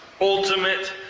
ultimate